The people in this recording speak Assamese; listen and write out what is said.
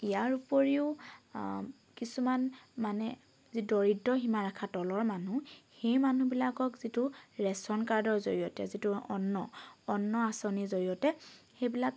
ইয়াৰ উপৰিও কিছুমান মানে যি দৰিদ্ৰ সীমাৰেখা তলৰ মানুহ সেই মানুহবিলাকক যিটো ৰেচন কাৰ্ডৰ জৰিয়তে যিটো অন্ন অন্ন আঁচনিৰ জৰিয়তে সেইবিলাক